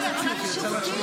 תמשיכי,